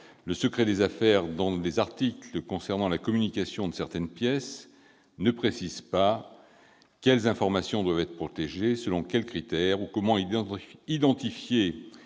le secret des affaires dans les articles concernant la communication de certaines pièces, ne précise pas quelles informations doivent être protégées, selon quels critères, comment identifier